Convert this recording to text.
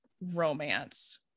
romance